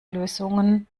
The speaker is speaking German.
lösungen